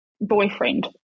boyfriend